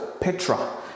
petra